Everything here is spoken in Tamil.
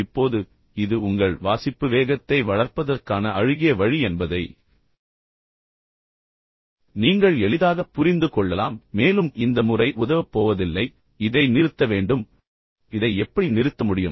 இப்போது இது உங்கள் வாசிப்பு வேகத்தை வளர்ப்பதற்கான அழுகிய வழி என்பதை நீங்கள் எளிதாக புரிந்து கொள்ளலாம் மேலும் இந்த முறை உதவப் போவதில்லை இதை நிறுத்த வேண்டும் இதை எப்படி நிறுத்த முடியும்